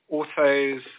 Autos